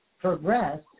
progressed